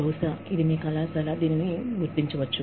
బహుశా మీ కళాశాల దీన్ని గుర్తిస్తుంది